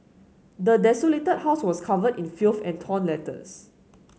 the desolated house was covered in filth and torn letters